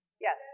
Yes